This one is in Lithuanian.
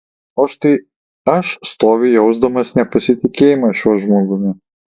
o štai aš stoviu jausdamas nepasitikėjimą šiuo žmogumi